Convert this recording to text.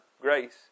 grace